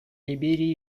либерии